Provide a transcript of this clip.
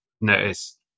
notice